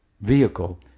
vehicle